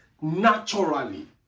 naturally